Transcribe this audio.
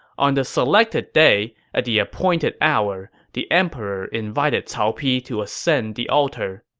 on the selected day, at the appointed hour, the emperor invited cao pi to ascend the altar.